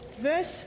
verse